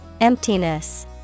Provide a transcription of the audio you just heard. Emptiness